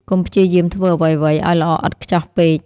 កុំព្យាយាមធ្វើអ្វីៗឱ្យល្អឥតខ្ចោះពេក ។